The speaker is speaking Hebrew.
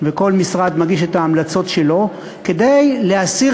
וכל משרד מגיש את ההמלצות שלו כדי להסיר